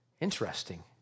Interesting